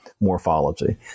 morphology